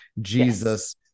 Jesus